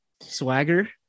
Swagger